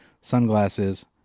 sunglasses